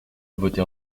voté